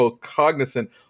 cognizant